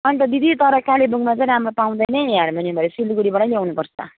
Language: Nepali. अन्त दिदी तर कालेबुङमा चाहिँ राम्रो पाउँदैन है हार्मोनियमहरू सिलगढीबाटै ल्याउनुपर्छ